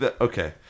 Okay